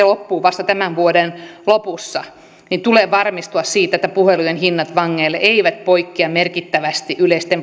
loppuu vasta tämän vuoden lopussa tulee varmistua siitä että puhelujen hinnat vangeille eivät poikkea merkittävästi yleisten